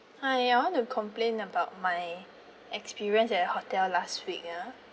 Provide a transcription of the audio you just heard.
hi I want to complain about my experience at your hotel last week ya